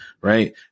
right